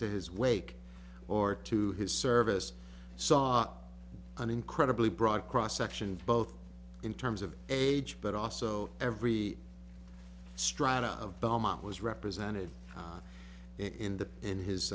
to his wake or to his service saw an incredibly broad cross section both in terms of age but also every stride of belmont was represented in the in